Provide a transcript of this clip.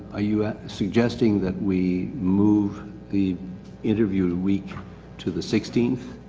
ah you suggesting that we move the interview week to the sixteenth?